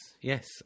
yes